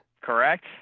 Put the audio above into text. Correct